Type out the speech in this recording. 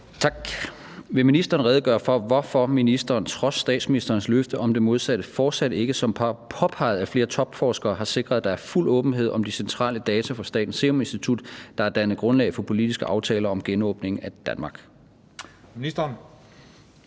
(V)): Vil ministeren redegøre for, hvorfor ministeren, trods statsministerens løfte om det modsatte, fortsat ikke, som påpeget af flere topforskere, har sikret, at der er fuld åbenhed om de centrale data fra Statens Serum Institut, der har dannet grundlag for politiske aftaler om genåbningen af Danmark? Den